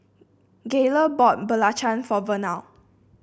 Gayle bought belacan for Vernal